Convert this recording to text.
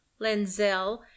Lenzel